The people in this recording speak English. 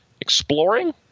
exploring